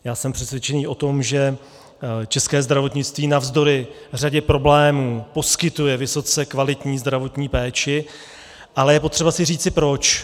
Já jsem přesvědčený o tom, že české zdravotnictví navzdory řadě problémů poskytuje vysoce kvalitní zdravotní péči, ale je potřeba si říci proč.